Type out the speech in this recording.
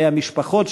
בני המשפחות,